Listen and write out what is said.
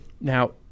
Now